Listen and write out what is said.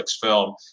film